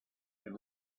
and